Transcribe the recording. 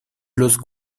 los